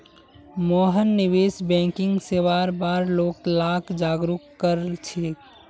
मोहन निवेश बैंकिंग सेवार बार लोग लाक जागरूक कर छेक